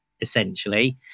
essentially